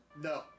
No